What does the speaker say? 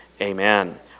amen